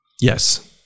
Yes